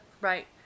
Right